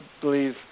believe